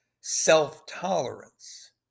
self-tolerance